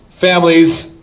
families